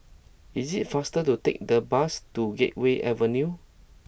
it is faster to take the bus to Gateway Avenue